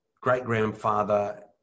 great-grandfather